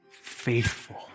faithful